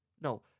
No